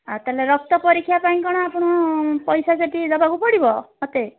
ଆଉ ତା'ହେଲେ ରକ୍ତ ପରୀକ୍ଷା ପାଇଁ କ'ଣ ଆପଣ ପଇସା ସେଇଠି ଦେବାକୁ ପଡ଼ିବ ମୋତେ